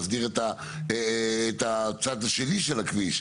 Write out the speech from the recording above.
להסדיר את הצד השני של הכביש.